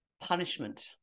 punishment